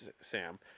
Sam